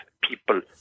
people